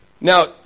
Now